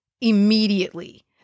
immediately